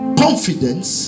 confidence